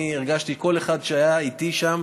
אני הרגשתי כל אחד שהיה איתי שם,